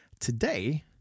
Today